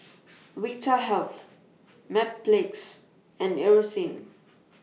Vitahealth Mepilex and Eucerin